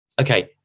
okay